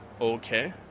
okay